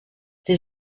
les